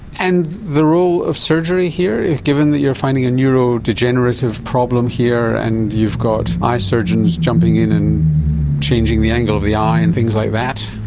and the role of surgery here, given that you are finding a neurodegenerative problem here and you've got eye surgeons jumping in and changing the angle of the eye and things like that?